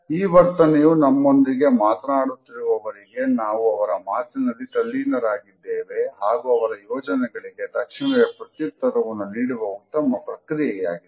ಈ ವರ್ತನೆಯು ನಮ್ಮೊಂದಿಗೆ ಮಾತನಾಡುತ್ತಿರುವವರಿಗೆ ನಾವು ಅವರ ಮಾತಿನಲ್ಲಿ ತಲ್ಲೀನರಾಗಿದ್ದಾರೆ ಹಾಗೂ ಅವರ ಯೋಜನೆಗಳಿಗೆ ತಕ್ಷಣವೇ ಪ್ರತ್ಯುತ್ತರವನ್ನು ನೀಡುವ ಉತ್ತಮ ಪ್ರಕ್ರಿಯೆಯಾಗಿದೆ